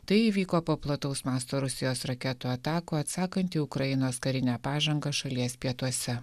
tai vyko plataus masto rusijos raketų atakų atsakant į ukrainos karinę pažangą šalies pietuose